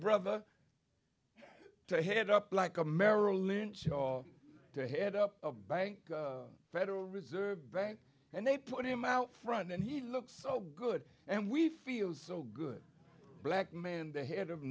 brother to head up like a merrill lynch or to head up a bank federal reserve bank and they put him out front and he looks so good and we feel so good black man the head of